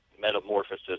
metamorphosis